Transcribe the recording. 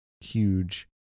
huge